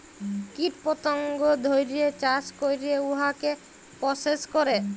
কীট পতঙ্গ ধ্যইরে চাষ ক্যইরে উয়াকে পরসেস ক্যরে